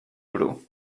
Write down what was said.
bru